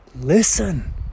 listen